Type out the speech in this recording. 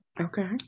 Okay